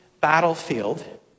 battlefield